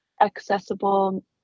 accessible